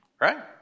right